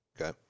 okay